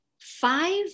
five